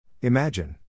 Imagine